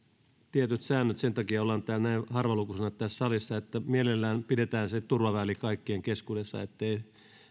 tietyt säännöt sen takia olemme näin harvalukuisena tässä salissa ja mielellään pidetään se turvaväli kaikkien keskuudessa ettei